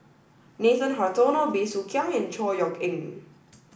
Nathan Hartono Bey Soo Khiang and Chor Yeok Eng